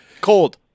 Cold